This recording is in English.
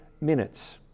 minutes